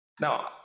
now